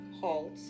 halt